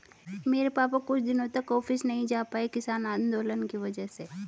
मेरे पापा कुछ दिनों तक ऑफिस नहीं जा पाए किसान आंदोलन की वजह से